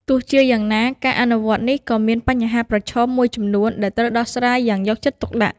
ទោះជាយ៉ាងណា ការអនុវត្តនេះក៏មាន បញ្ហាប្រឈម មួយចំនួនដែលត្រូវដោះស្រាយយ៉ាងយកចិត្តទុកដាក់។